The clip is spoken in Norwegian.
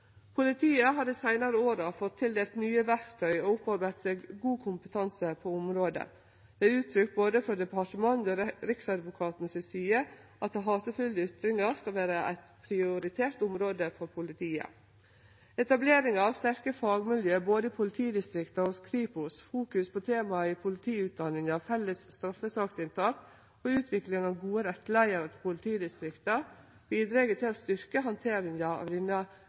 Politiet har dei seinare åra fått tildelt nye verktøy og opparbeidd seg god kompetanse på området. Det er uttrykt frå både departementet og Riksadvokaten si side at hatefulle ytringar skal vere eit prioritert område for politiet. Etablering av sterkare fagmiljø, både i politidistrikta og hos Kripos, fokus på temaet i politiutdanninga, felles straffesaksinntak og utvikling av gode rettleiarar til politidistrikta bidreg til å styrkje handteringa av denne